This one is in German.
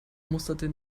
musterte